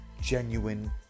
genuine